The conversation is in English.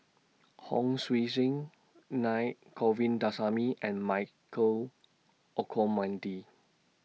Hon Sui Sen Naa Govindasamy and Michael Olcomendy